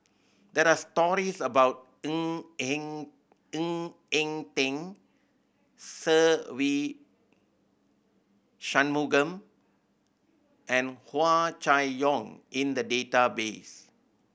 there are stories about Ng Eng Ng Eng Teng Se Ve Shanmugam and Hua Chai Yong in the database